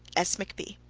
s. mcb.